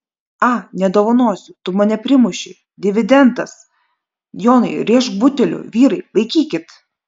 a nedovanosiu tu mane primušei dividendas jonai rėžk buteliu vyrai laikykit